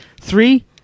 Three